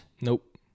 Nope